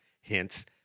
hence